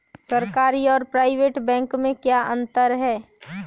सरकारी और private bank में क्या अंतर है?